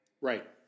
Right